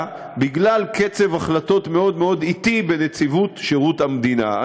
בגלל קצב החלטות אטי מאוד מאוד בנציבות שירות המדינה.